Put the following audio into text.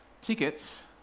tickets